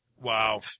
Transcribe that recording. Wow